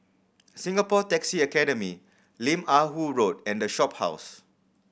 Singapore Taxi Academy Lim Ah Woo Road and The Shophouse